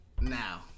Now